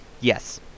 Yes